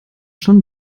schon